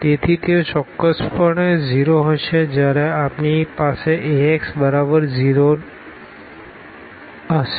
તેથી તેઓ ચોક્કસપણે 0 હશે જ્યારે આપણી પાસે Ax બરાબર 0 હશે